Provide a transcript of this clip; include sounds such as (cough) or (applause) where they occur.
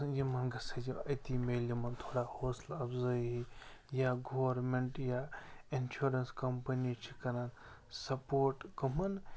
یِمن (unintelligible) یہِ أتی مِلہِ یِمن تھوڑا ہوصلہٕ افضٲیی یا گورمٮ۪نٛٹ یا اِنشورٮ۪نٕس کمپٔنی چھِ کَران سپوٹ کَمن